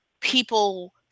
people